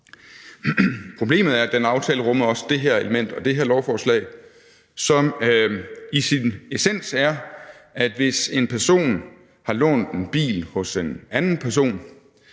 Problemet er, at den aftale også rummer det her element og det her lovforslag, som i sin essens gør, at hvis en person har lånt en bil af en anden person,